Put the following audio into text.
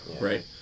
right